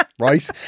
Right